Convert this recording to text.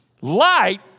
Light